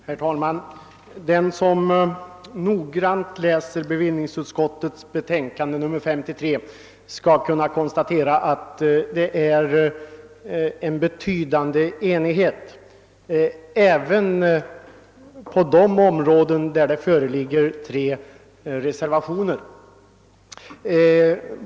Herr talman! Den som noggrant läser bevillningsutskottets betänkande nr 53 kan konstatera att det råder betydande enighet.